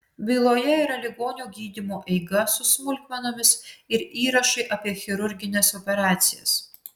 byloje yra ligonio gydymo eiga su smulkmenomis ir įrašai apie chirurgines operacijas